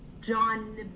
John